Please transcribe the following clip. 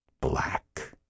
black